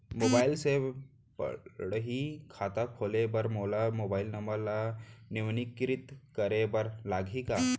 Mobile से पड़ही खाता खोले बर मोला मोबाइल नंबर ल नवीनीकृत करे बर लागही का?